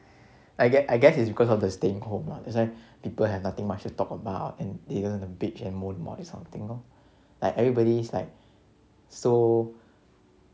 I gue~ I guess it's because of the staying home lah that's why people have nothing much to talk about and they bitch and moan all these kind of things lor like everybody's like so